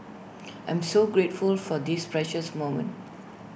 I am so grateful for this precious moment